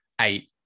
eight